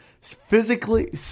physically